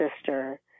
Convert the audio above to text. sister